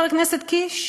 חבר הכנסת קיש,